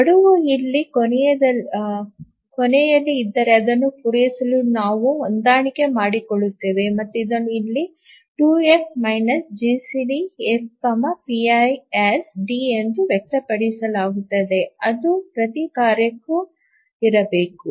ಗಡುವು ಇಲ್ಲಿ ಕೊನೆಯಲ್ಲಿ ಇದ್ದರೆ ಅದನ್ನು ಪೂರೈಸಲು ನಾವು ಹೊಂದಾಣಿಕೆ ಮಾಡಿಕೊಳ್ಳುತ್ತೇವೆ ಮತ್ತು ಅದನ್ನು ಇಲ್ಲಿ 2F GCD pi F GCDF pias D ಎಂದು ವ್ಯಕ್ತಪಡಿಸಲಾಗುತ್ತದೆ ಅದು ಪ್ರತಿ ಕಾರ್ಯಕ್ಕೂ ಇರಬೇಕು